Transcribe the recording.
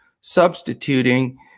substituting